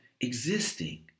existing